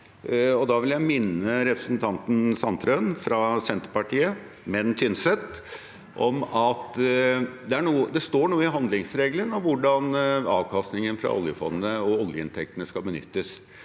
Da vil jeg minne representanten Sandtrøen fra Senterpartiet, og fra Tynset, om at det står noe i handlingsregelen om hvordan avkastningen fra oljefondet og oljeinntektene skal benyttes,